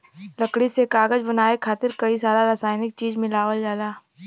लकड़ी से कागज बनाये खातिर कई सारा रासायनिक चीज मिलावल जाला